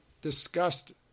discussed